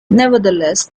nevertheless